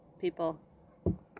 people